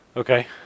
Okay